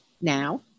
now